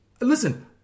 listen